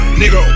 nigga